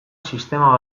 sistema